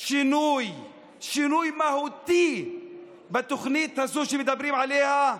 שינוי מהותי בתוכנית הזו שמדברים עליה,